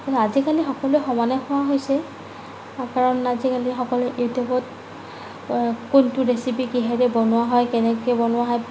কিন্তু আজিকালি সকলোৱে সমানে খোৱা হৈছে কাৰণ আজিকালি সকলোৱে ইউটিউবত কোনটো ৰেচিপি কিহেৰে বনোৱা হয় কেনেকৈ বনোৱা হয়